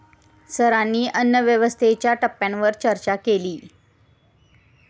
सरांनी अन्नव्यवस्थेच्या टप्प्यांवर चर्चा केली